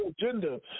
agenda